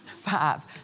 five